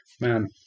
Man